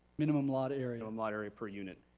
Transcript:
minimum lot area. um lot area per unit.